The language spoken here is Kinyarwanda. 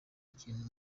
kintu